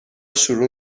شروع